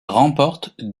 remporte